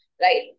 right